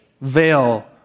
veil